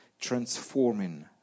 transforming